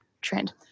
trend